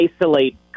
isolate